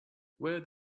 where